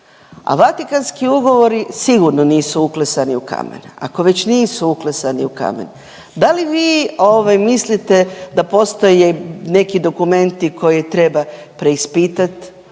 a Vatikanski ugovori sigurno nisu uklesani u kamen, ako već nisu uklesani u kamen da li vi ovaj mislite da postoje neki dokumenti koje treba preispitat,